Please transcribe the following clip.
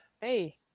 Hey